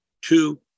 two